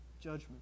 judgment